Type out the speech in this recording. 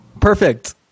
Perfect